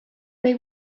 they